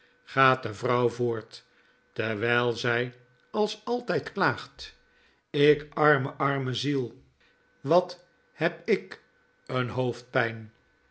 gaat de vrouw voort terwjjl zij als altp klaagt ik arme arme ziel wat heb ik een hoofdpjjn